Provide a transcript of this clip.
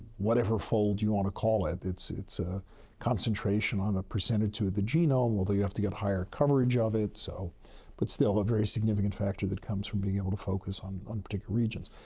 whatever fold you want to call it. it's it's a concentration on a percentage of the genome. although, you have to get higher coverage of it, so but still, a very significant factor that comes from being able to focus on on particular regions.